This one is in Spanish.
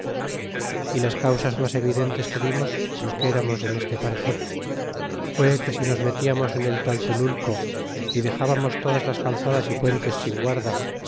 y las causas mas evidentes que dimos los que eramos en este parecer fue que si nos mefiarnos en el taltelulco y dexabamos todas las calzadas y puentes sin guarda